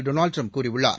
Donald Trump கூறியுள்ளார்